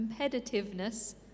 competitiveness